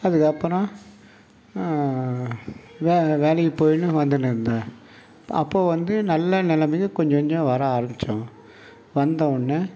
அதுக்கப்புறம் வேலைக்குப் போய்னு வந்துனு இருந்தேன் அப்போ வந்து நல்ல நெலைமைக்கு கொஞ்சம் கொஞ்சம் வர ஆரம்பித்தோம் வந்தவுடனே